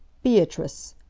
beatrice!